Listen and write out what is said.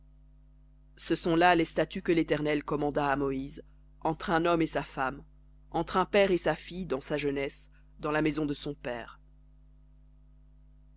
ce sont là les statuts que l'éternel commanda à moïse entre un homme et sa femme entre un père et sa fille dans sa jeunesse dans la maison de son père